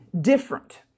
different